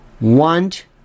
want